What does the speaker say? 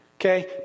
Okay